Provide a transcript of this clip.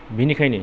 बेनिखायनो